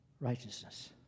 righteousness